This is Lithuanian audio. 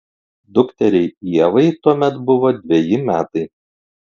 dukteriai ievai tuomet buvo dveji metai